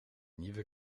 nieuwe